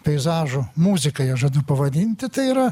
peizažų muzikai aš žadu pavadinti tai yra